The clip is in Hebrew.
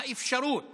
האפשרות